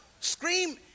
scream